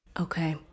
Okay